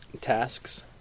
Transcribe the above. tasks